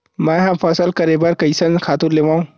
मैं ह फसल करे बर कइसन खातु लेवां?